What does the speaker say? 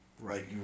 Right